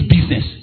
business